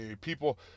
people